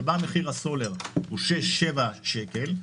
שבה מחיר הסולר הוא 6 - 7 שקל,